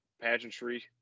pageantry